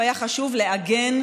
השחיתות הגואה,